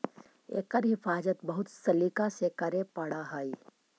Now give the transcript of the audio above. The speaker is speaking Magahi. एकर हिफाज़त बहुत सलीका से करे पड़ऽ हइ